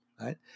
right